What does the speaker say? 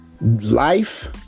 life